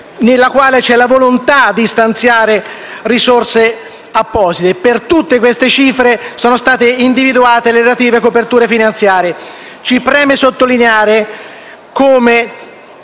nella quale c'è la volontà di stanziare risorse apposite. Per tutte queste cifre sono state individuate le relative coperture finanziarie. Ci preme sottolineare come,